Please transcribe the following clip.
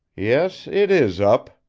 yes, it is up,